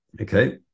Okay